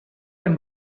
and